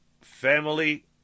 family